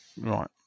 Right